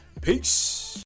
Peace